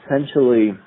essentially